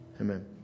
Amen